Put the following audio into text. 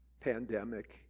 pandemic